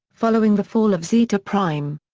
following the fall of zeta prime.